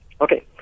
Okay